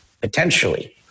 potentially